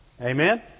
Amen